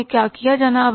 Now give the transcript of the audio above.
क्या किया जाना आवश्यक है